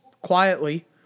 quietly